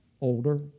older